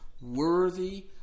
worthy